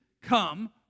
come